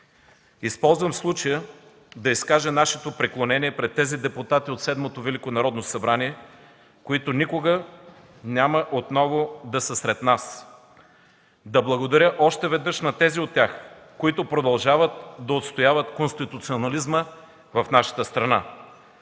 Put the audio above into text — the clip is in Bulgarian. Използвам случая да изкажа нашето преклонение пред тези депутати от Седмото Велико народно събрание, които никога няма да са сред нас. Да благодаря още веднъж на тези от тях, които продължават да отстояват конституционализма в нашата страна.